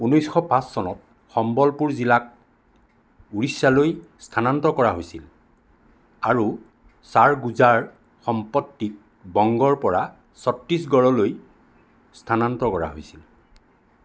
ঊনৈছশ পাঁচ চনত সম্বলপুৰ জিলাক উৰিষ্যালৈ স্থানান্তৰ কৰা হৈছিল আৰু ছাৰগুজাৰ সম্পত্তিক বংগৰ পৰা ছত্তিশগড়লৈ স্থানান্তৰ কৰা হৈছিল